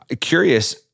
Curious